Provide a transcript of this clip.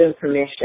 permission